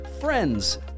friends